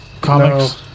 Comics